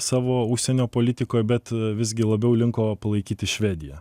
savo užsienio politikoj bet visgi labiau linko palaikyti švediją